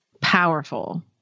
powerful